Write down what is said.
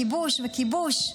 וכיבוש וכיבוש,